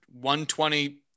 120